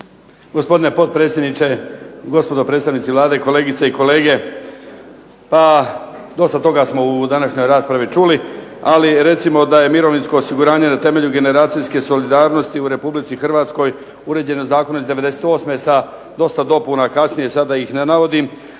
Gospodine potpredsjedniče, gospodo predstavnici Vlade, kolegice i kolege. Pa, dosta toga smo u današnjoj raspravi čuli ali recimo da je mirovinsko osiguranje na temelju generacijske solidarnosti u Republici Hrvatskoj uređeno zakonom iz 98. sa dosta dopuna kasnije da ih ne navodim,